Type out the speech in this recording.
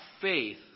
faith